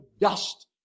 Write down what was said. dust